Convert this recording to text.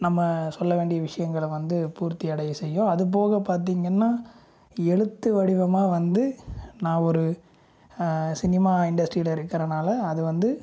நம்ம சொல்ல வேண்டிய விஷயங்கள வந்து பூர்த்தி அடைய செய்யும் அதுபோக பார்த்திங்கன்னா எழுத்து வடிவமாக வந்து நான் ஒரு சினிமா இண்டஸ்ட்டிரியில இருக்கிறனால அது வந்து